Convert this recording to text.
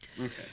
Okay